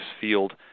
field